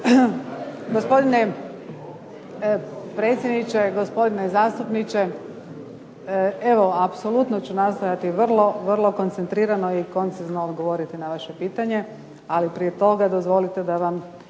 Gospodine predsjedniče, gospodine zastupniče. Evo apsolutno ću nastojati vrlo, vrlo koncentrirano i koncizno odgovoriti na vaše pitanje. Ali prije toga dozvolite da vam